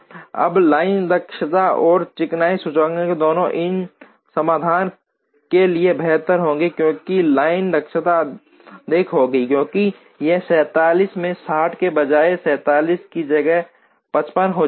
अब लाइन दक्षता और चिकनाई सूचकांक दोनों इस समाधान के लिए बेहतर होंगे क्योंकि लाइन दक्षता अधिक होगी क्योंकि यह 47 में 60 के बजाय 47 की जगह 55 हो जाएगा